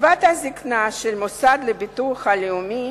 קצבת הזיקנה של המוסד לביטוח לאומי